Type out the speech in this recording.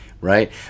right